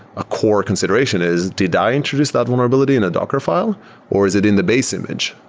a core consideration is did i introduce that vulnerability in a docker file or is it in the base image?